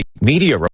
Media